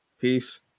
Peace